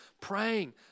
praying